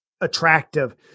attractive